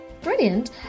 Brilliant